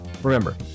Remember